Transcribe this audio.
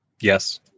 Yes